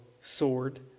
sword